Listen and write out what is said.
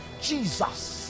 Jesus